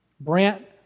Brant